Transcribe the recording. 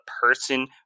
person